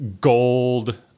gold